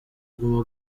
guma